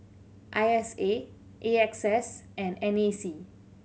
I S A A X S and N A C